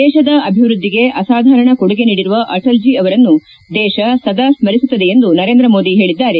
ದೇಶದ ಅಭಿವೃದ್ದಿಗೆ ಅಸಾಧಾರಣ ಕೊಡುಗೆ ನೀಡಿರುವ ಅಟಲ್ಜೀ ಅವರನ್ನು ದೇಶ ಸದಾ ಸ್ಪರಿಸುತ್ತದೆ ಎಂದು ನರೇಂದ್ರ ಮೋದಿ ಹೇಳಿದ್ದಾರೆ